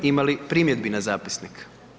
Ima li primjedbi na zapisnik?